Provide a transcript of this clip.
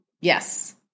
Yes